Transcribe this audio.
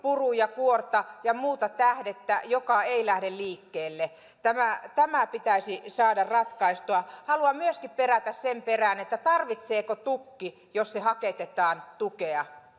purua ja kuorta ja muuta tähdettä joka ei lähde liikkeelle tämä tämä pitäisi saada ratkaistua haluan myöskin perätä sitä tarvitseeko tukki jos se haketetaan tukea